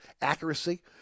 accuracy